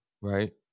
right